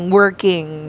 working